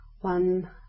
One